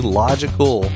logical